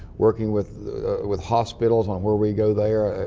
working with with hospitals on where we go there.